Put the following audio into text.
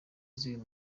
z’uyu